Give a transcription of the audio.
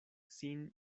sin